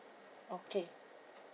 okay